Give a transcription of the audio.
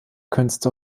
künste